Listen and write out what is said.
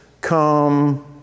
come